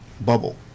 bubble